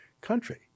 country